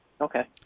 Okay